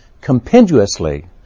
compendiously